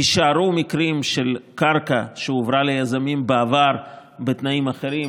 יישארו מקרים של קרקע שהועברה ליזמים בעבר בתנאים אחרים,